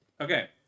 Okay